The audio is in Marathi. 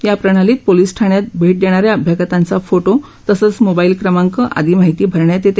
या प्रणालीत पोलीस ठाण्यात भेट देणाऱ्या अभ्यागतांचा फोटो तसंच मोबाईल क्रमांक आदी माहिती भरण्यात येते